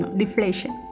deflation